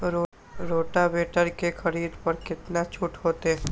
Rotavator के खरीद पर केतना छूट होते?